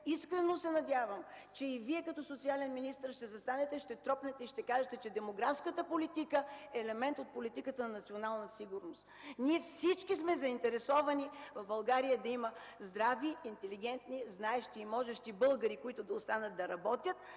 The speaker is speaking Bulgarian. искрено се надявам, че и Вие като социален министър ще застанете, ще тропнете и ще кажете, че демографската политика е елемент от политиката на националната сигурност. Всички ние сме заинтересовани в България да има здрави, интелигентни, знаещи и можещи българи, които да останат да работят,